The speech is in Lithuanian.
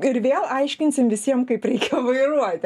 ir vėl aiškinsim visiem kaip reikia vairuoti